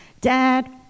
Dad